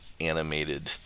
animated